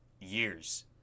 years